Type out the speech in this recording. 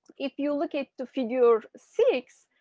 if you look at the figure six,